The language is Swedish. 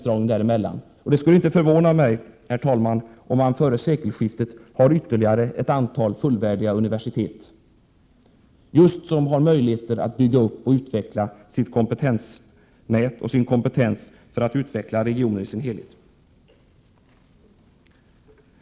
Det skulle inte heller förvåna mig, herr talman, om vi före sekelskiftet har ytterligare ett antal fullvärdiga universitet, som just har möjlighet att bygga upp och utveckla sitt kompetensnät och sin kompetens för att utveckla regioner i sin helhet.